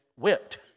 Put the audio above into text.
whipped